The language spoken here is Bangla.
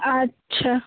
আচ্ছা